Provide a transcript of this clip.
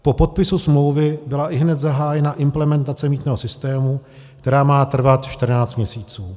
Po podpisu smlouvy byla ihned zahájena implementace mýtného systému, která má trvat čtrnáct měsíců.